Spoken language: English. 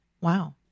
Wow